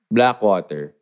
Blackwater